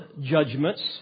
judgments